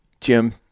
Jim